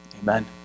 amen